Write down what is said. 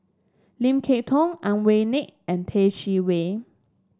Lim Kay Tong Ang Wei Neng and Yeh Chi Wei